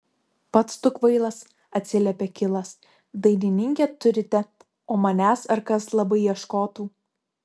pats tu kvailas atsiliepė kilas dainininkę turite o manęs ar kas labai ieškotų